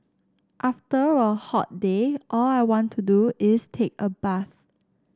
after a hot day all I want to do is take a bath